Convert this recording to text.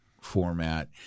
format